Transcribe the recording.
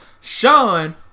Sean